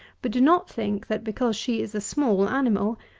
but do not think, that because she is a small animal,